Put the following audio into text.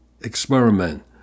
experiment